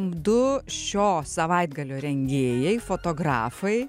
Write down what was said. du šio savaitgalio rengėjai fotografai